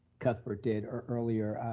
cuthbert did earlier,